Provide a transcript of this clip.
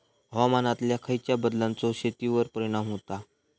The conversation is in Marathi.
हवामानातल्या खयच्या बदलांचो शेतीवर परिणाम होता?